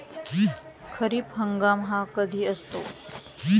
खरीप हंगाम हा कधी असतो?